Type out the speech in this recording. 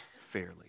fairly